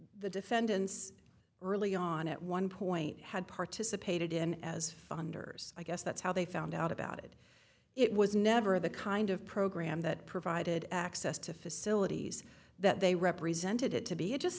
the defendants early on at one point had participated in as funders i guess that's how they found out about it it was never the kind of program that provided access to facilities that they represented it to be it just